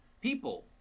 people